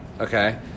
Okay